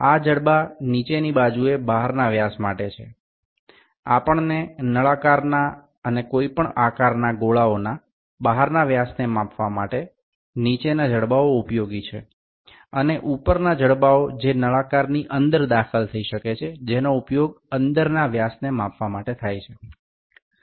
আমরা নীচের বাহুগুলি ব্যবহার করে আমাদের প্রয়োজন অনুসারে সিলিন্ডার বা গোলক কোন কিছুরই বাহ্যিক ব্যাস পরিমাপ করতে পারি এবং উপরের বাহুগুলি সিলিন্ডারের মধ্যে প্রবেশ করিয়ে আভ্যন্তরীণ ব্যাস পরিমাপ করতে ব্যবহার করা যেতে পারে